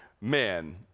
Man